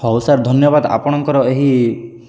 ହଉ ସାର୍ ଧନ୍ୟବାଦ ଆପଣଙ୍କର ଏହି